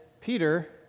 Peter